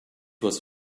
was